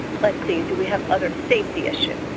let's see do we have other safety issue,